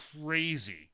crazy